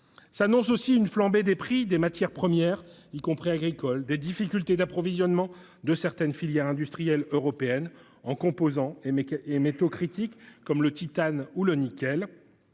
Se profilent aussi une flambée des prix des matières premières, y compris agricoles, des difficultés d'approvisionnement de certaines filières industrielles européennes en composants et métaux critiques, comme le titane ou le nickel,